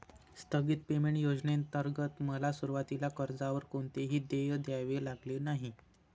स्थगित पेमेंट योजनेंतर्गत मला सुरुवातीला कर्जावर कोणतेही देय द्यावे लागले नाही